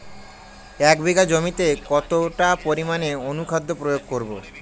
এক বিঘা জমিতে কতটা পরিমাণ অনুখাদ্য প্রয়োগ করব?